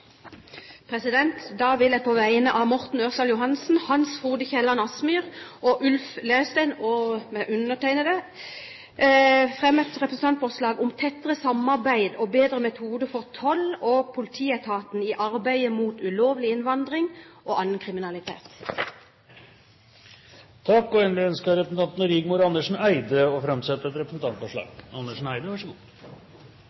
vil på vegne av Morten Ørsal Johansen, Hans Frode Kielland Asmyhr, Ulf Leirstein og meg selv fremme et representantforslag om tettere samarbeid og bedre metoder for toll- og politietaten i arbeidet mot ulovlig innvandring og annen kriminalitet. Til slutt ønsker representanten Rigmor Andersen Eide å framsette et representantforslag.